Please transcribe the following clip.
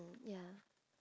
mm ya